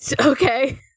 Okay